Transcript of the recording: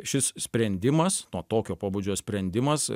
šis sprendimas nu tokio pobūdžio sprendimas